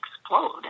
explode